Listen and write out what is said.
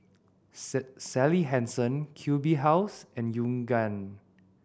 Sally Hansen Q B House and Yoogane